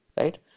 right